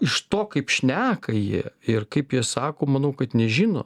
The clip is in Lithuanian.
iš to kaip šneka jie ir kaip jie sako manau kad nežino